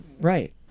right